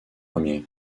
ier